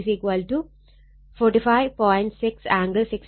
6 angle 60